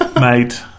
Mate